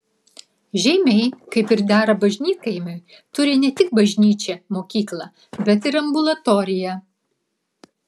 žeimiai kaip ir dera bažnytkaimiui turi ne tik bažnyčią mokyklą bet ir ambulatoriją